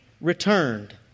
returned